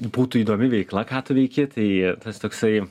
būtų įdomi veikla ką tu veiki tai tas toksai